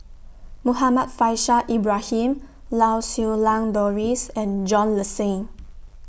Muhammad Faishal Ibrahim Lau Siew Lang Doris and John Le Cain